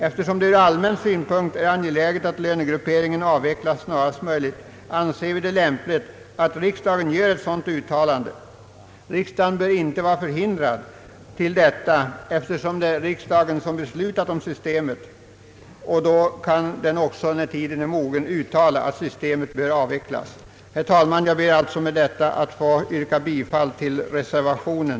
Eftersom det ur allmän synpunkt är angeläget att lönegrupperingen avvecklas snarast möjligt, anser vi det lämpligt att riksdagen gör ett sådant uttalande. Riksdagen kan inte vara förhindrad att göra detta. Eftersom det är riksdagen som beslutat om systemet kan den också, när tiden är mogen, uttala att systemet bör avvecklas. Herr talman! Jag ber alltså att med detta få yrka bifall till reservationen.